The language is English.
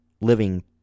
living